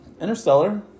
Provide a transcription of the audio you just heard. Interstellar